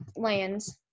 lands